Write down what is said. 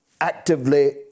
actively